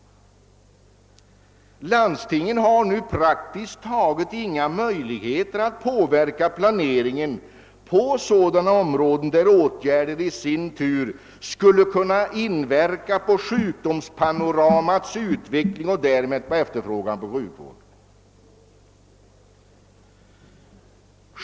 Landstingen har nu praktiskt taget inga möjligheter att påverka planeringen inom sådana områden där åtgärderna skulle kunna inverka på utvecklingen av hela sjukdomspanoramat och därmed på efterfrågan av sjukvård.